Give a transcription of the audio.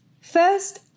first